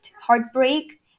heartbreak